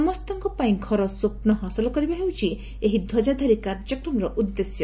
ସମସ୍ତଙ୍କ ପାଇଁ ଘର ସ୍ୱପ୍ନ ହାସଲ କରିବା ହେଉଛି ଏହି ଧ୍ୱଜାଧାରୀ କାର୍ଯ୍ୟକ୍ରମର ଉଦ୍ଦେଶ୍ୟ